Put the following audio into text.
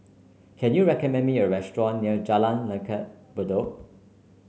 can you recommend me a restaurant near Jalan Langgar Bedok